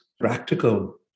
practical